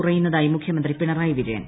കുറയുന്നതായി മുഖ്യമന്ത്രി പിണറായി വിജയൻ